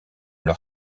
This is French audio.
leur